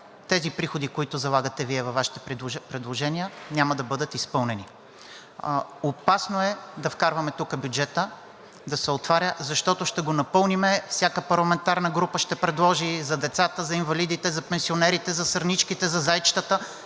тези приходи, които залагате Вие във Вашите предложения, няма да бъдат изпълнени. Опасно е да вкарваме тук бюджетът да се отваря, защото ще го напълним – всяка парламентарна група ще предложи за децата, за инвалидите, за пенсионерите, за сърничките, за зайчетата.